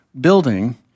building